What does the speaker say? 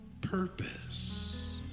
purpose